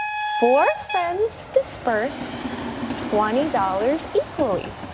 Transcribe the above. four friends disperse twenty dollars equally.